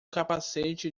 capacete